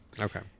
Okay